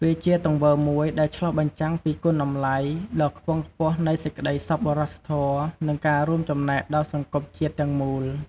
វាជាទង្វើមួយដែលឆ្លុះបញ្ចាំងពីគុណតម្លៃដ៏ខ្ពង់ខ្ពស់នៃសេចក្តីសប្បុរសធម៌ និងការរួមចំណែកដល់សង្គមជាតិទាំងមូល។